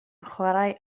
chwarae